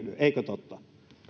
eikö totta